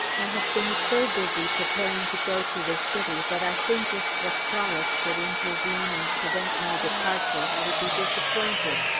i have been so busy preparing to go to the city that i think if the frolic should intervene and prevent my departure, i would be disappointed,